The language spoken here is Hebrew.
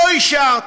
לא אישרת.